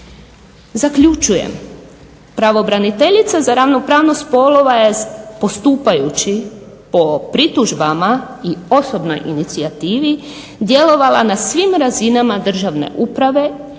Zaključujem. Pravobraniteljica za ravnopravnost spolova je postupajući po pritužbama i osobnoj inicijativi djelovala na svim razinama državne uprave